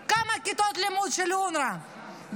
יש עוד כמה אנשים טובים בצד הזה,